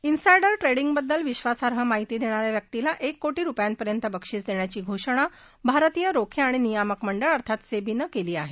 insider ट्रेंडिंगबद्दल विश्वासार्ह माहिती देणाऱ्या व्यक्तीला एक कोटी रुपयांपर्यंत बक्षीस देण्याची घोषणा भारतीय रोखख्रिाणि नियामक मंडळ अर्थात सेबीनं केली आहे